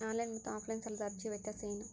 Online ಮತ್ತು offline ಸಾಲದ ಅರ್ಜಿಯ ವ್ಯತ್ಯಾಸ ಏನು?